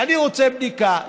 אני רוצה בדיקה,